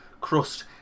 Crust